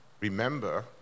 remember